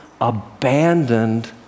abandoned